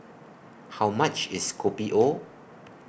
How much IS Kopi O